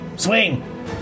swing